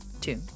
two